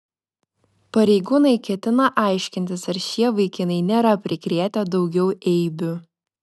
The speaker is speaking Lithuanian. pareigūnai ketina aiškintis ar šie vaikinai nėra prikrėtę daugiau eibių